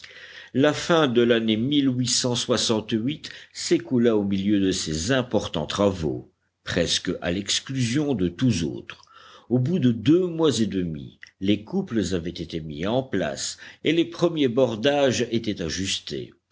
la fin de l'année s'écoula au milieu de ces importants travaux presque à l'exclusion de tous autres au bout de deux mois et demi les couples avaient été mis en place et les premiers bordages étaient ajustés